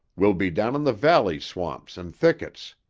will be down in the valley swamps and thickets.